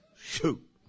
Shoot